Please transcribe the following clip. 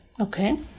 Okay